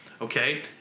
okay